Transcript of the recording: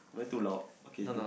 am I too loud okay